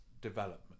development